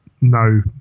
no